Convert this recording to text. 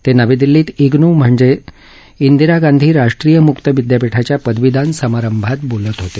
ते नवी दिल्लीत इग्नू म्हणजे इंदिरा गांधी राष्ट्रीय मुक्त विद्यापीठाच्या पदवीदान समारंभात बोलत होते